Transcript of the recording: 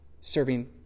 serving